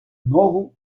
ногу